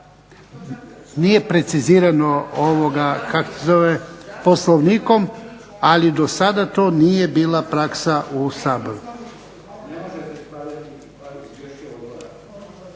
Nije precizirano Poslovnikom, ali do sada to nije bila praksa u